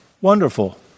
wonderful